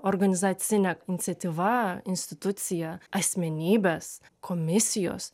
organizacinė iniciatyva institucija asmenybės komisijos